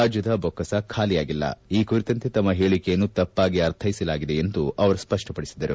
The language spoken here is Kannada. ರಾಜ್ಯದ ಬೊಕ್ಕಸ ಖಾಲಿಯಾಗಿಲ್ಲ ಈ ಕುರಿತಂತೆ ತಮ್ಮ ಹೇಳಿಕೆಯನ್ನು ತಪ್ಪಾಗಿ ಅರ್ಥೈಸಲಾಗಿದೆ ಎಂದು ಅವರು ಸ್ಪಷ್ಟಪಡಿಸಿದರು